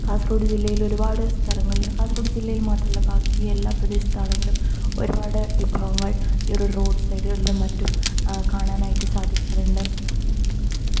കാസർഗോഡ് ജില്ലയിൽ ഒരുപാട് സ്ഥലങ്ങളില് കാസർഗോഡ് ജില്ലയിൽ മാത്രമല്ല ബാക്കി എല്ലാ പ്രദേശത്ത് ആണെങ്കിലും ഒരുപാട് വിഭവങ്ങൾ ഈ ഒരു റോഡ് സൈഡുകളിലും മറ്റും കാണാനായിട്ട് സാധിക്കാറുണ്ട് എനിക്ക് ഭയങ്കര